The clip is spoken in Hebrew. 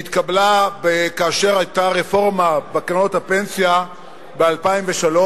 שהתקבלה כאשר היתה רפורמה בקרנות הפנסיה ב-2003,